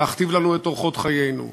להכתיב לנו את אורחות חיינו.